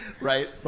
Right